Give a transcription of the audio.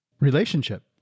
Relationship